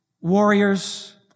warriors